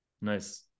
Nice